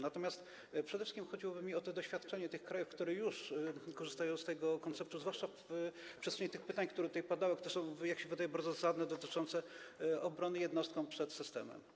Natomiast przede wszystkim chodziłoby mi o doświadczenie tych krajów, które już korzystają z tego konceptu, zwłaszcza w kontekście tych pytań, które tutaj padały i które są, jak się wydaje, bardzo zasadne, dotyczących obrony jednostki przed systemem.